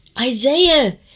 Isaiah